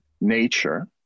nature